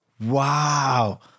Wow